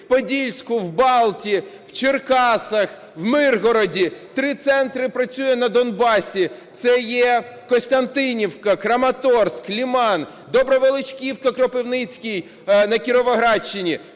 в Подільську, в Балтії, в Черкасах, в Миргороді, три центри працює на Донбасі (це є Костянтинівка, Краматорськ, Лиман), Добровеличківка, Кропивницький на Кіровоградщині.